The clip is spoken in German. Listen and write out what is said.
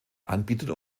anbietern